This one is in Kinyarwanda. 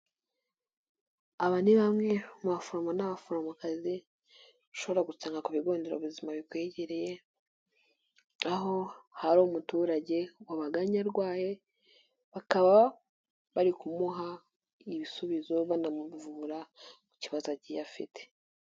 Aba ni bamwe mu baforomo n'abaforomokazi ushobora gutanga ku bigo nderabuzima bikwegereye, aho hari umuturage wabaganye arwaye, bakaba bari kumuha ibisubizo banamuvura ku kibazo agiye afite.